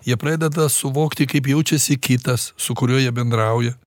jie pradeda suvokti kaip jaučiasi kitas su kuriuo jie bendrauja